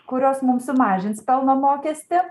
kurios mums sumažins pelno mokestį